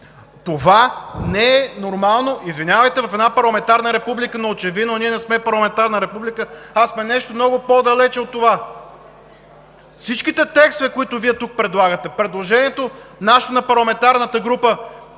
това не е нормално в една парламентарна република, но очевидно, ние не сме парламентарна република, а сме нещо много по-далече от това. Всичките текстове, които Вие тук предлагате и нашето предложение на парламентарната група